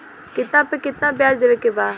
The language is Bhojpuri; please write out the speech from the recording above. कितना पे कितना व्याज देवे के बा?